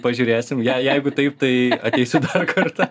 pažiūrėsim je jeigu taip tai ateisiu dar kartą